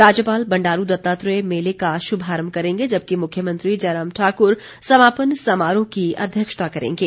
राज्यपाल बंडारू दत्तात्रेय मेले का शुभारंभ करेंगे जबकि मुख्यमंत्री जयराम ठाक्र समापन समारोह की अध्यक्षता करेंगे